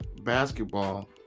basketball